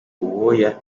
uwoya